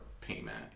payment